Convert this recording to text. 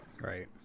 Right